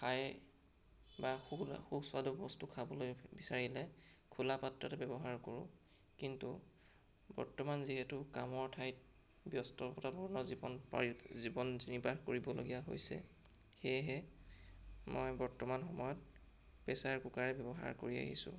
প্ৰায়ে বা সুস্বাদু বস্তু খাবলৈ বিচাৰিলে খোলা পাত্ৰটো ব্যৱহাৰ কৰোঁ কিন্তু বৰ্তমান যিহেতু কামৰ ঠাইৰ ব্যস্ততাপূৰ্ণ জীৱন জীৱন নিৰ্বাহ কৰিবলগীয়া হৈছে সেয়েহে মই বৰ্তমান সময়ত প্ৰেছাৰ কুকাৰেই ব্যৱহাৰ কৰি আহিছোঁ